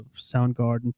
Soundgarden